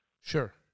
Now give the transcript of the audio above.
Sure